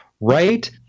Right